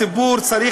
של הכנסת הנוכחית,